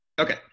Okay